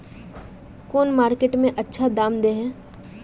कौन मार्केट में अच्छा दाम दे है?